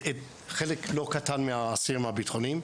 זכיתי להכניס לכלא חלק לא קטן מהאסירים הבטחוניים.